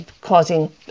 causing